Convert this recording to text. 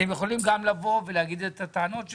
אתם יכולים גם לבוא ולהגיד את הטענות שלכם,